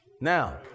Now